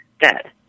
dead